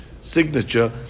signature